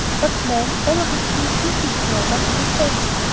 what man ever refused mrs. snowdon a request?